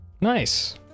Nice